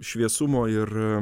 šviesumo ir